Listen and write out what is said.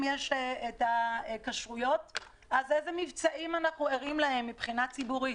יש כשרויות אז לאיזה מבצעים אנחנו ערים מבחינה ציבורית?